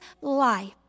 life